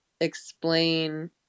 explain